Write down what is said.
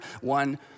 one